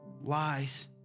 lies